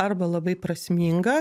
arba labai prasminga